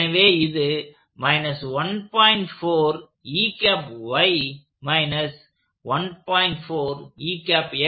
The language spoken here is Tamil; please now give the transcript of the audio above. எனவே இது ஆகும்